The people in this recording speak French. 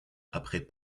après